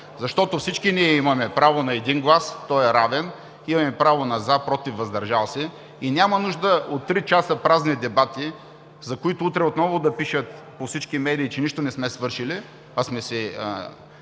Всички имаме право на един глас, и той е равен. Имаме право на „за“, „против“ и „въздържал се“. Няма нужда от три часа празни дебати, за които утре отново да пише по всички медии, че нищо не сме свършили, а сме се